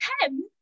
ten